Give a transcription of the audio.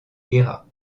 guerra